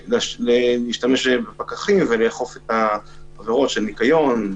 להשתמש בפקחים ולאכוף את העבירות של ניקיון,